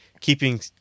keeping